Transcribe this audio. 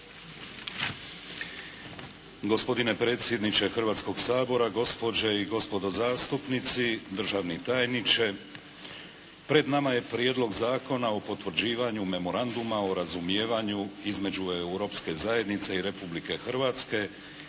Gospodine predsjedniče Hrvatskoga sabora, gospođe i gospodo zastupnici, državni tajniče. Pred nama je Prijedlog zakona o potvrđivanju Memoranduma o razumijevanju između Europske zajednice i Republike Hrvatske